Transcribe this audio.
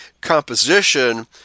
composition